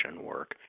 work